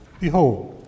Behold